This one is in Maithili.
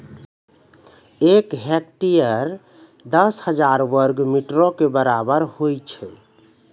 एक हेक्टेयर, दस हजार वर्ग मीटरो के बराबर होय छै